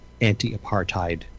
anti-apartheid